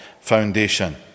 foundation